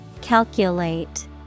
Calculate